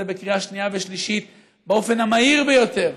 בקריאה שנייה ושלישית באופן המהיר ביותר.